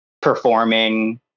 performing